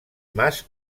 mas